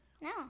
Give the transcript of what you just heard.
No